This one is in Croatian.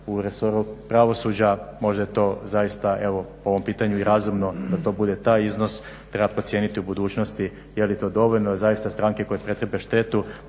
u resoru pravosuđa. Možda je to zaista evo po mom pitanju i razumno da to bude taj iznos. Treba procijeniti u budućnosti je li to dovoljno. Zaista stranke koje pretrpe štetu